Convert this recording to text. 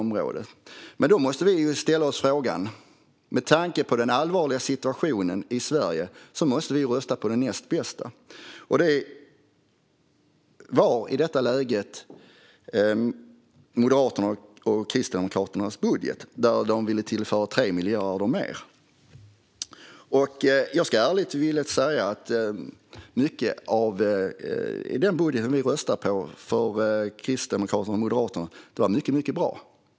I en sådan situation måste vi med tanke på den allvarliga situation som råder i Sverige ställa oss frågan om vi inte måste rösta på det näst bästa. Det var i detta läge Moderaternas och Kristdemokraternas budget. De ville tillföra 3 miljarder mer. Jag kan ärligt och villigt säga att mycket i den budget som vi röstade på var mycket bra.